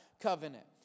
covenant